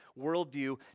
worldview